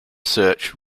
search